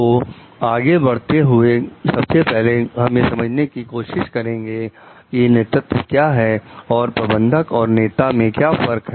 तो आगे बढ़ते हुए सबसे पहले हम यह समझने की कोशिश करेंगे की नेतृत्व क्या है और प्रबंधक एवं नेता में क्या फर्क है